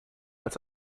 als